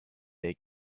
their